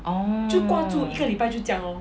orh